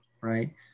right